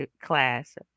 class